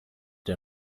der